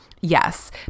yes